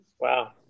wow